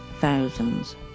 thousands